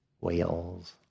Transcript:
whales